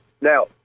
Now